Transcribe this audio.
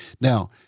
Now